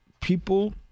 people